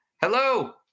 Hello